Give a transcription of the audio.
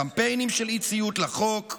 קמפיינים של אי-ציות לחוק,